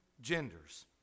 genders